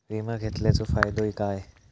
विमा घेतल्याचो फाईदो काय?